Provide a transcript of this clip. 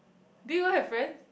do you have friends